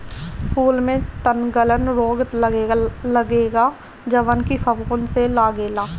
फूल में तनगलन रोग लगेला जवन की फफूंद से लागेला